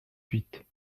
huit